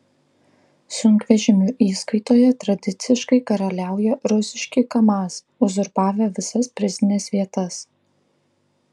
sunkvežimių įskaitoje tradiciškai karaliauja rusiški kamaz uzurpavę visas prizines vietas